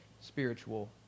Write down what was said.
spiritual